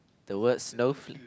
the words